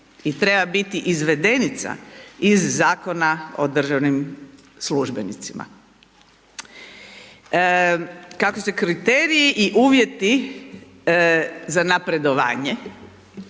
i treba biti i izvedenica iz Zakona o državnim službenicima. Kako se kriteriji i uvjeti za napredovanje